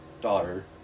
daughter